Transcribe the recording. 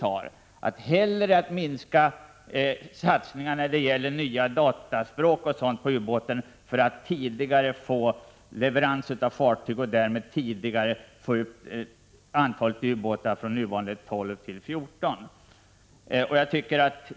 Man skall hellre minska satsningarna på t.ex. nya dataspråk för att tidigare få leveranser av fartyg och därmed tidigare få upp antalet från nuvarande 12 till 14.